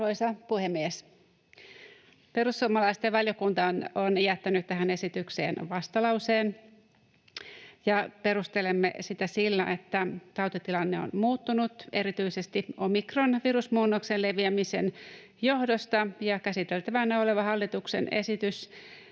Arvoisa puhemies! Perussuomalaisten valiokuntaryhmä on jättänyt tähän esitykseen vastalauseen. Perustelemme sitä sillä, että tautitilanne on muuttunut erityisesti omikronvirusmuunnoksen leviämisen johdosta, ja käsiteltävänä oleva hallituksen esitys